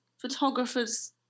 photographers